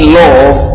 love